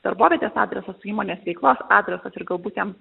darbovietės adresą su įmonės veiklos adresas ir galbūt jam